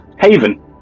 Haven